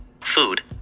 food